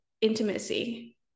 intimacy